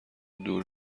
دور